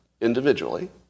individually